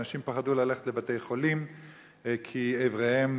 אנשים פחדו ללכת לבתי-חולים כי איבריהם